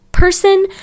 person